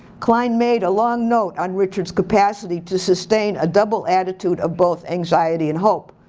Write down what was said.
klein made a long note on richard's capacity to sustain a double attitude of both anxiety and hope.